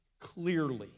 clearly